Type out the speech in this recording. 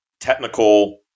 technical